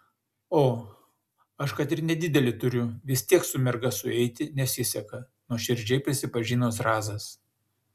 o aš kad ir nedidelį turiu vis tiek su merga sueiti nesiseka nuoširdžiai prisipažino zrazas